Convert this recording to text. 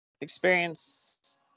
experience